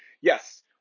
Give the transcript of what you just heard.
yes